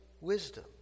wisdom